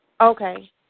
Okay